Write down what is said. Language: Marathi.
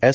एस